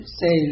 say